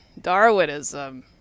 Darwinism